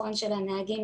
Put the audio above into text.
הדוח האחרון של מבקר